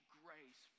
grace